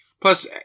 Plus